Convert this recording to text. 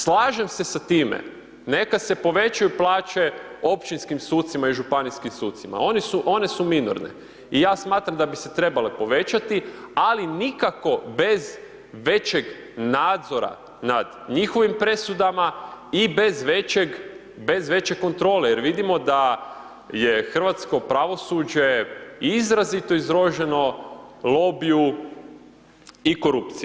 Slažem se sa time, neka se povećaju plaće općinskih sucima i županijskim sucima, one su minorne i ja smatram da bi se trebale povećati ali nikako bez većeg nadzora nad njihovim presudama i bez veće kontrole jer vidimo da je hrvatsko pravosuđe izrazito izloženo lobiju i korupciji.